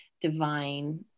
divine